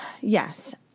Yes